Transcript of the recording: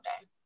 day